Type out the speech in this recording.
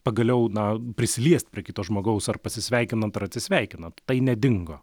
pagaliau na prisiliest prie kito žmogaus ar pasisveikinant ar atsisveikinant tai nedingo